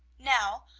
now,